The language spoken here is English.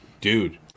dude